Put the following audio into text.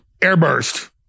airburst